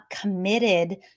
committed